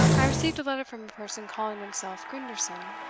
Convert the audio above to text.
i received a letter from a person calling himself grinderson,